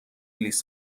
لیز